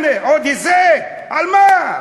הנה עוד כיסא, על מה?